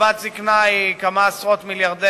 קצבת זיקנה היא כמה עשרות מיליארדי